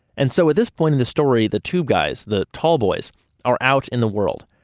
and so at this point in the story the tube guys, the tall boys are out in the world.